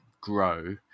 grow